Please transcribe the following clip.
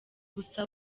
gusa